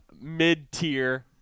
mid-tier